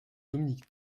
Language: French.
dominique